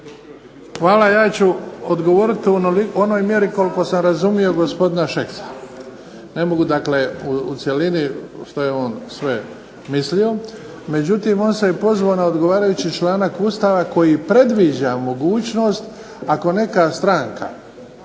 Hvala. Ja ću odgovoriti u onoj mjeri koliko sam razumio gospodina Šeksa. Ne mogu dakle u cjelini što je on sve mislio. Međutim on se je pozvao na odgovarajući članak Ustava koji predviđa mogućnost, ako neka stranka